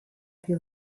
più